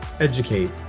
educate